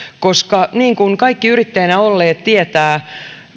koska niin kuin kaikki yrittäjänä olleet tietävät